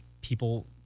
people